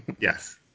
Yes